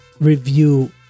review